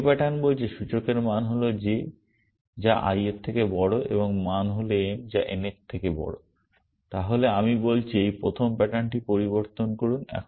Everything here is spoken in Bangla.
দ্বিতীয় প্যাটার্ন বলছে সূচকের মান হল j যা i থেকে বড় এবং মান হল m যা n এর থেকে বড় তাহলে আমি বলছি এই প্রথম প্যাটার্নটি পরিবর্তন করুন